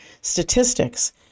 statistics